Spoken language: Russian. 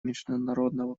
международного